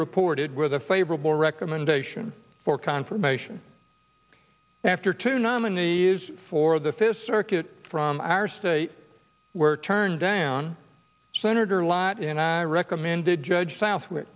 reported with a favorable recommendation for confirmation after two nominees for the fist circuit from our state were turned down senator lott and i recommended judge southw